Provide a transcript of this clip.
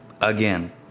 again